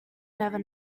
never